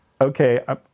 okay